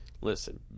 Listen